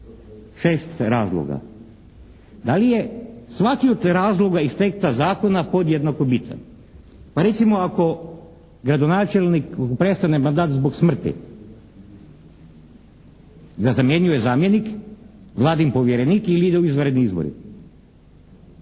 5, 6 razloga. Da li je svaki od tih razloga …/Govornik se ne razumije./… zakona podjednako bitan? Pa recimo ako gradonačelniku prestane mandat zbog smrti, onda ga zamjenjuje zamjenik, Vladin povjerenik ili idu izvanredni izbori.